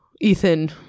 ethan